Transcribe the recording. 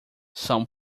são